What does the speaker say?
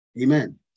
Amen